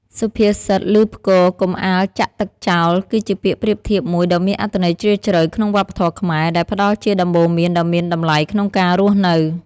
សុភាសិត "ឮផ្គរ កុំអាលចាក់ទឹកចោល" គឺជាពាក្យប្រៀបធៀបមួយដ៏មានអត្ថន័យជ្រាលជ្រៅក្នុងវប្បធម៌ខ្មែរ ដែលផ្ដល់ជាដំបូន្មានដ៏មានតម្លៃក្នុងការរស់នៅ។